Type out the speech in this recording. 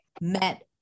met